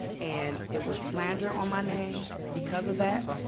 and it was slander on my name because of that,